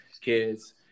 kids